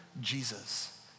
Jesus